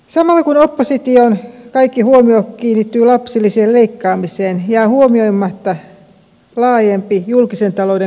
samalla kun opposition kaikki huomio kiinnittyy lapsilisien leikkaamiseen jää huomioimatta laajempi julkisen talouden kokonaisuus